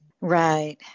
Right